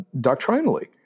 doctrinally